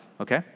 okay